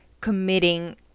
committing